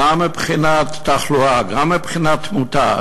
גם מבחינת תחלואה, גם מבחינת תמותה.